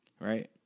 Right